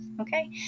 Okay